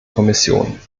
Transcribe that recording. kommission